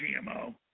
GMO